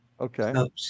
Okay